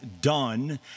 done